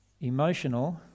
emotional